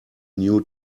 new